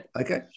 Okay